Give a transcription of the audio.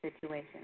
situation